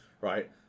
right